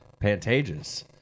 Pantages